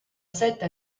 setta